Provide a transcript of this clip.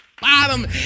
bottom